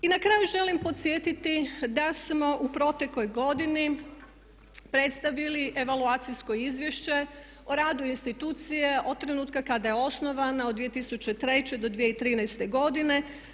I na kraju želim podsjetiti da smo u protekloj godini predstavili evaluacijsko izvješće o radu institucije od trenutka kada je osnovano od 2003. do 2013. godine.